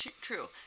true